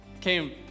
came